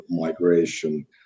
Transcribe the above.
migration